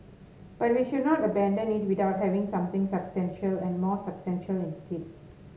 but we should not abandon it without having something substantial and more substantial instead